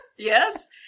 Yes